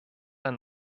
ein